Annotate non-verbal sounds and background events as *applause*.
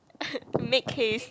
*laughs* make haste